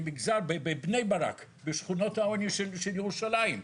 בבני ברק, בשכונות העוני של ירושלים.